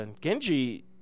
Genji